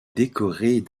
décorée